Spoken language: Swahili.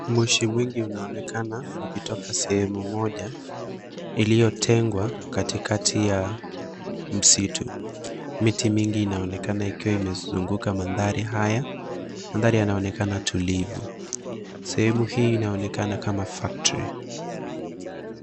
Moshi mwingi unaonekana ukitoka sehemu moja ilio tengwa kati kati ya msitu. Miti mingi inaonekana ime zunguka mandhari haya, mandhari haya yanaonekana tulivuu, sehemu hii inaonekana kama factory .